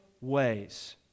ways